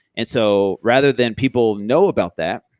and so, rather than people know about that,